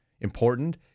important